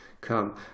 come